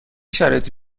شرایطی